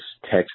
text